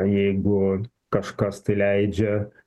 jeigu kažkas tai leidžia